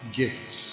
gifts